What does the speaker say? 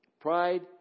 Pride